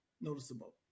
noticeable